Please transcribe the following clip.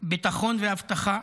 ביטחון ואבטחה,